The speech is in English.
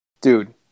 dude